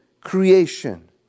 creation